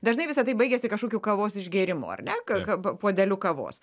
dažnai visa tai baigiasi kažkokiu kavos išgėrimu ar ne puodeliu kavos